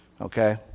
Okay